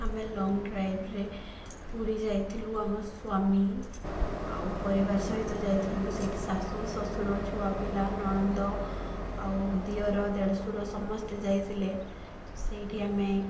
ଆମେ ଲଙ୍ଗ୍ ଡ୍ରାଇଭ୍ରେ ପୁରୀ ଯାଇଥିଲୁ ଆମ ସ୍ୱାମୀ ଆଉ ପରିବାର ସହିତ ଯାଇଥିଲୁ ସେଇଠି ଶାଶୁ ଶ୍ୱଶୁର ଛୁଆ ପିଲା ନଣନ୍ଦ ଆଉ ଦିଅର ଦେଢ଼ଶୂର ସମସ୍ତେ ଯାଇଥିଲେ ତ ସେଇଠି ଆମେ